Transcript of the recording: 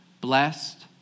blessed